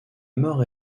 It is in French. mort